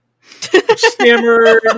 stammered